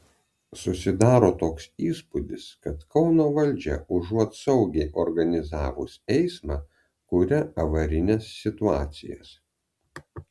susidaro toks įspūdis kad kauno valdžia užuot saugiai organizavus eismą kuria avarines situacijas